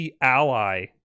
Ally